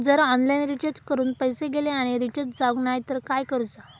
जर online recharge करून पैसे गेले आणि रिचार्ज जावक नाय तर काय करूचा?